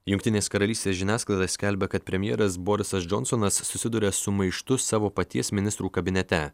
jungtinės karalystės žiniasklaida skelbia kad premjeras borisas džonsonas susiduria su maištu savo paties ministrų kabinete